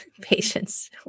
patience